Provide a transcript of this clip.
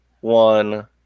one